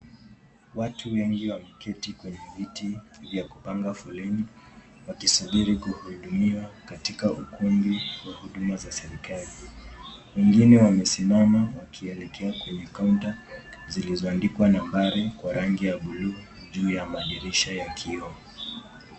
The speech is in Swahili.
Watu wengi wameketi kwenye viti vya kupanga foleni wakisubiri kuhudumiwa katika ukumbi wa huduma za serikali. Wengine wamesimama wakielekea kwenye kaunta zilizoandikwa nambari kwa rangi ya buluu juu ya madirisha ya kioo.